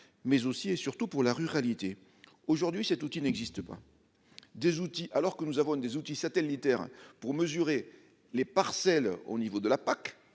mais aussi et surtout pour la ruralité aujourd'hui cet outil n'existe pas. Des outils alors que nous avons des outils satellitaires pour mesurer les parcelles au niveau de la PAC